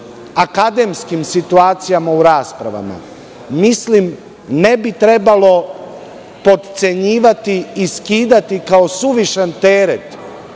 akademskim situacijama u raspravama, mislim, ne bi trebalo potcenjivati i skidati kao suvišan teret